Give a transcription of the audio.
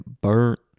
burnt